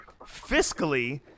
fiscally